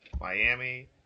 Miami